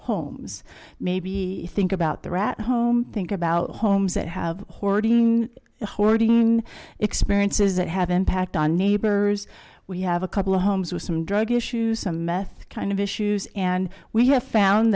homes maybe think about the rat home think about homes that have hoarding hoarding experiences that have impact on neighbors we have a couple of homes with some drug issues some meth kind of issues and we have found